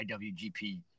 IWGP